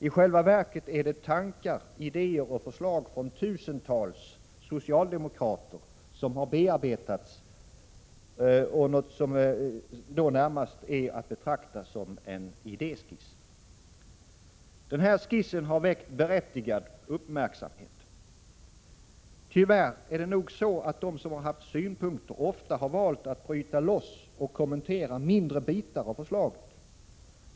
I själva verket är det tankar, idéer och förslag från tusentals socialdemokrater som har bearbetats till något som väl närmast är att betrakta som en idéskiss. Den här skissen har väckt berättigad uppmärksamhet. Tyvärr är det nog så att de som har haft synpunkter ofta valt att bryta loss och kommentera mindre bitar av förslaget.